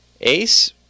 ace